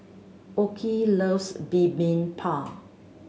Okey loves Bibimbap